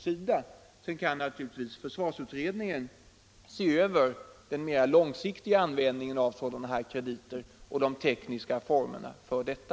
Sedan kan naturligtvis försvarsutredning Tisdagen den en se över den mera långsiktiga användningen av rörliga krediter och 29 april 1975 de tekniska formerna för detta.